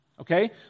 okay